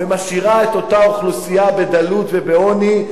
והיא משאירה את אותה אוכלוסייה בדלות ובעוני,